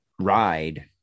ride